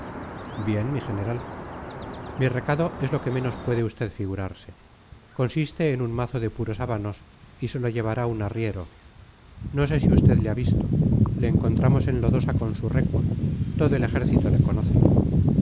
bien mi general mi recado es lo que menos puede usted figurarse consiste en un mazo de puros habanos y se lo llevará un arriero no sé si usted le ha visto le encontramos en lodosa con su recua todo el ejército le conoce